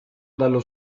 dallo